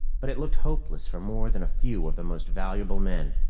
but it looked hopeless for more than a few of the most valuable men.